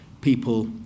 people